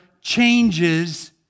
changes